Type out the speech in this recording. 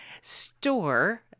store